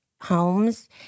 homes